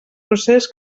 procés